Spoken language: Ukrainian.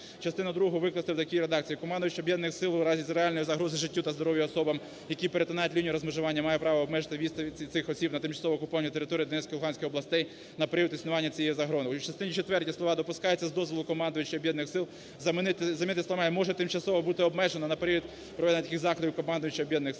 частину другу викласти в такій редакції: "Командувач об'єднаних сил у разі реальної загрози життю за здоров'ю особам, які перетинають лінію розмежування, має право обмежити в'їзд цих осіб на тимчасово окуповані території Донецької, Луганської областей на період існування цієї загрози". У частині четвертій слова "допускається з дозволу командувача об'єднаних сил" замінити словами "може тимчасово бути обмежено на період проведення таких заходів командувачем об'єднаних сил".